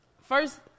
First